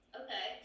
okay